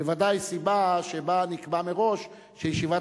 בוודאי הסיבה שבה נקבע מראש שישיבת